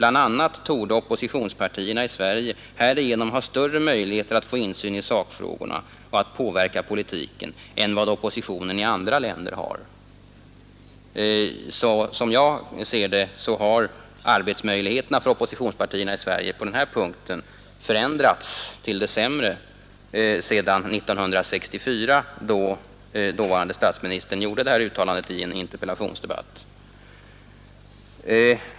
Bl a. torde oppositionspartierna i Sverige härigenom ha större möjligheter att få insyn i sakfrågorna och att påverka politiken än vad oppositionen i andra länder har.” Som jag ser det har arbetsmöjligheterna för oppositionspartierna i Sverige på denna punkt förändrats till det sämre sedan 1964, när dåvarande statsministern gjorde detta uttalande i en interpellationsdebatt.